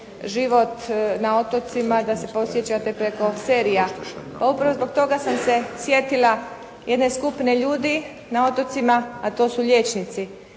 život na otocima, da se podsjećate preko serija. Pa upravo zbog toga sam se sjetila jedne skupine ljudi na otocima, a to su liječnici.